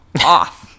off